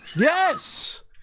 Yes